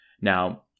Now